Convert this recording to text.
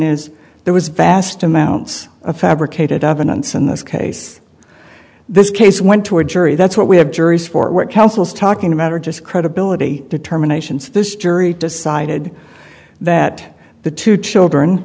is there was vast amounts of fabricated evidence in this case this case went to a jury that's what we have juries for what councils talking about or just credibility determinations this jury decided that the two children